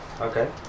Okay